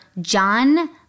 John